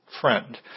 Friend